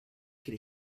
could